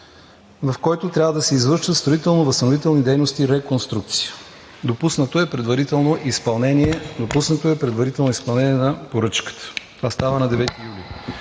в който трябва да се извършат строително-възстановителни дейности и реконструкция. Допуснато е предварително изпълнение на поръчката. Това става на 9 юли.